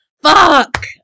Fuck